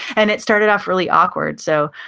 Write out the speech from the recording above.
and it started off really awkward. so,